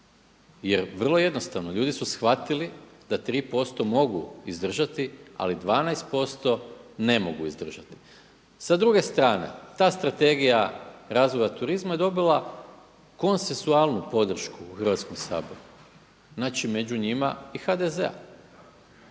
jer vrlo jednostavno ljudi su shvatili da 3% mogu izdržati, ali 12% ne mogu izdržati. S druge strane, ta strategija razvoja turizma je dobila konsensualnu podršku u Hrvatskom saboru. Znači, među njima i HDZ-a.